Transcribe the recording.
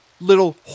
little